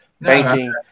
banking